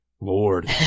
Lord